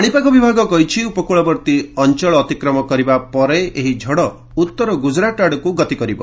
ପାଣିପାଗ ବିଭାଗ କହିଛି ଉପକୃଳବର୍ତ୍ତୀ ଅଞ୍ଚଳ ଅତିକ୍ରମ କରିବା ପରେ ଏହି ଝଡ଼ ଉତ୍ତର ଗୁଜରାଟ ଆଡ଼କୁ ଗତିକରିବ